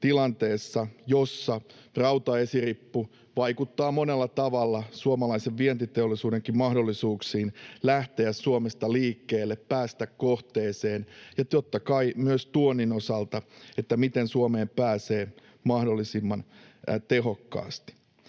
tilanteessa, jossa rautaesirippu vaikuttaa monella tavalla suomalaisen vientiteollisuudenkin mahdollisuuksiin lähteä Suomesta liikkeelle, päästä kohteeseen, ja totta kai myös tuonnin osalta, että miten Suomeen pääsee mahdollisimman tehokkaasti.